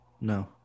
No